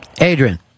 Adrian